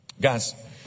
Guys